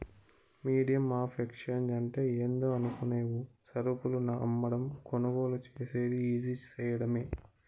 medium of exchange అంటే ఏందో అనుకునేవు సరుకులు అమ్మకం, కొనుగోలు సేసేది ఈజీ సేయడమే